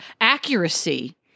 Accuracy